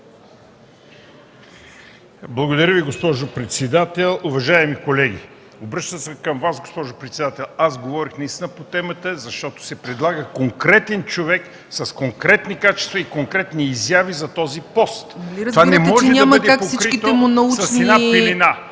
Благодаря Ви, госпожо председател. Уважаеми колеги! Обръщам се към Вас, госпожо председател, аз говорих наистина по темата, защото се предлага конкретен човек, с конкретни качества и конкретни изяви за този пост. Това не може да бъде покрито с една пелена...